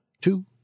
two